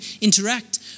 interact